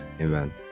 Amen